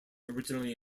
originally